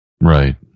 Right